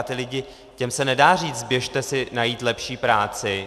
Ti lidé, těm se nedá říct: Běžte si najít lepší práci!